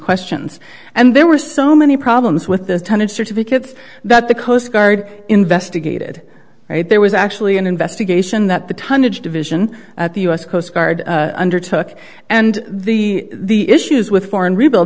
questions and there were so many problems with this tonnage certificate that the coast guard investigated right there was actually an investigation that the tonnage division at the u s coast guard undertook and the the issues with foreign rebuild